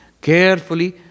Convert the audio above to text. Carefully